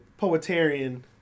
poetarian